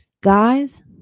guys